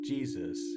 Jesus